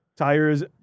Tires